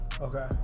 okay